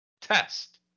Test